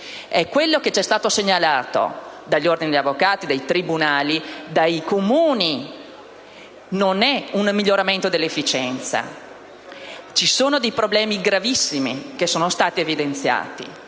È quanto ci è stato segnalato dagli ordini degli avvocati, dai tribunali e dai Comuni: non si tratta di un miglioramento dell'efficienza. Ci sono dei problemi gravissimi che sono stati evidenziati.